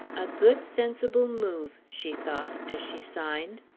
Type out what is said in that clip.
a good, sensible move, she thought, as she signed.